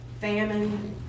famine